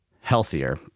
healthier